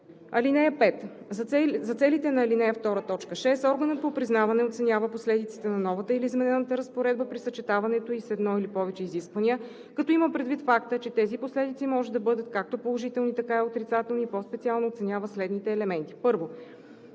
(5) За целите на ал. 2, т. 6 органът по признаване оценява последиците на новата или изменената разпоредба при съчетаването ѝ с едно или повече изисквания, като има предвид факта, че тези последици може да бъдат както положителни, така и отрицателни, и по-специално оценява следните елементи: